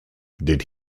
did